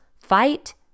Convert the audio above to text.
Fight